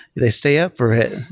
they stay up for it.